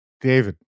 David